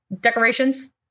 decorations